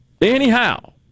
anyhow